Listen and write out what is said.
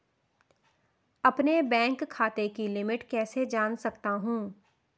अपने बैंक खाते की लिमिट कैसे जान सकता हूं?